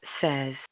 says